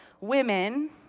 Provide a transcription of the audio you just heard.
women